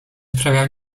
sprawia